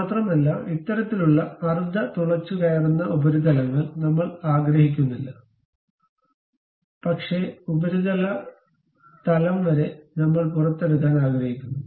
മാത്രമല്ല ഇത്തരത്തിലുള്ള അർദ്ധ തുളച്ചുകയറുന്ന ഉപരിതലങ്ങൾ നമ്മൾ ആഗ്രഹിക്കുന്നില്ല പക്ഷേ ഉപരിതല തലം വരെ നമ്മൾ പുറത്തെടുക്കാൻ ആഗ്രഹിക്കുന്നു